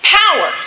power